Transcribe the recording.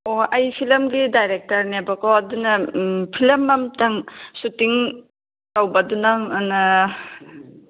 ꯑꯣ ꯑꯩ ꯐꯤꯂꯝꯒꯤ ꯗꯥꯏꯔꯦꯛꯇꯔꯅꯦꯕꯀꯣ ꯑꯗꯨꯅ ꯐꯤꯂꯝ ꯑꯃꯇꯪ ꯁꯨꯇꯤꯡ ꯇꯧꯕꯗꯨ ꯅꯪ